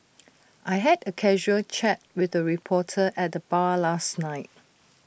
I had A casual chat with A reporter at the bar last night